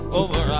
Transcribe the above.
over